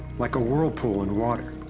like a whirlpool in water.